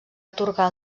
atorgar